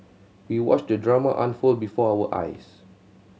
we watched the drama unfold before our eyes